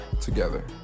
together